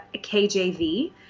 kjv